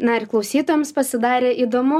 na ir klausytojams pasidarė įdomu